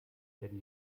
werden